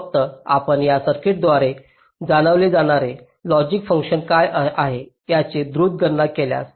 फक्त आपण या सर्किटद्वारे जाणवले जाणारे लॉजिक फंक्शन काय आहे याची द्रुत गणना केल्यास